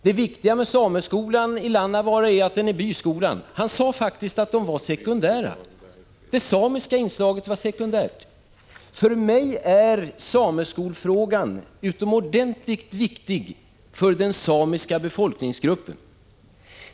Det viktiga med sameskolan i Lannavaara är att den är byskola. Han sade faktiskt att det samiska inslaget var sekundärt. För mig är sameskolfrågan utomordentligt viktig, och den är av stor betydelse för den samiska befolkningsgruppen.